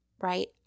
right